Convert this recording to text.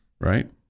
right